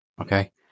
Okay